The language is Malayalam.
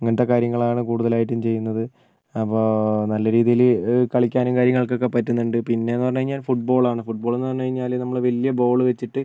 അങ്ങനത്തെ കാര്യങ്ങളാണ് കൂടുതലായിട്ടും ചെയ്യുന്നത് അപ്പോൾ നല്ല രീതിയിൽ കളിക്കാനും കാര്യങ്ങൾക്കൊക്കെ പറ്റുന്നുണ്ട് പിന്നെ എന്ന് പറഞ്ഞു കഴിഞ്ഞാൽ ഫുട്ബോളാണ് ഫുട്ബോൾ എന്ന് പറഞ്ഞു കഴിഞ്ഞാൽ നമ്മൾ വലിയ ബോൾ വെച്ചിട്ട്